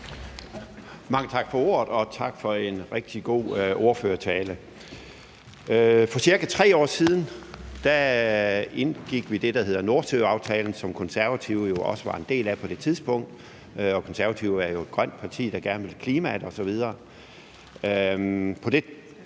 Mange tak for ordet, og tak for en rigtig god ordførertale. For ca. 3 år siden indgik vi det, der hedder Nordsøaftalen, som Konservative jo også var en del af på det tidspunkt; Konservative er jo et grønt parti, der gerne vil klimaet osv.